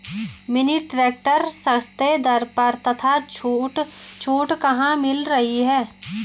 Mini tractor सस्ते दर पर तथा छूट कहाँ मिल रही है?